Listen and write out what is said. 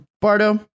Bardo